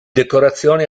decorazioni